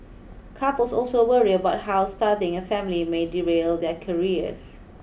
couples also worry about how starting a family may derail their careers